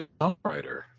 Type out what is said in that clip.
songwriter